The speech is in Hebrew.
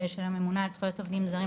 של הממונה על זכויות עובדים זרים,